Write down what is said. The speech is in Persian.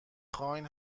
خواین